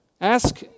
Ask